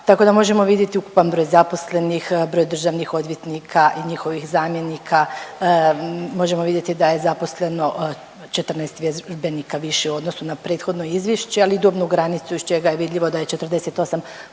tako da možemo vidjeti ukupan broj zaposlenih, broj državnih odvjetnika i njihovih zamjenika, možemo vidjeti da je zaposleno 14 vježbenika više u odnosu na prethodno izvješće, ali i dobnu granicu iz čega je vidljivo da je 48%